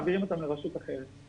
מעבירים אותם לרשות אחרת.